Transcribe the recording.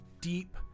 deep